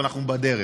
אבל אנחנו בדרך.